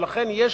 ולכן יש,